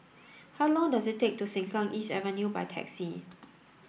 how long does it take to Sengkang East Avenue by taxi